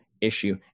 issue